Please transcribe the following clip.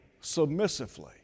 submissively